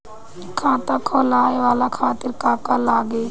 खाता खोलवाए खातिर का का लागी?